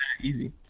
easy